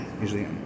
usually